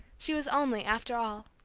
she was only, after all,